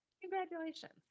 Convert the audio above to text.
Congratulations